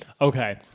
Okay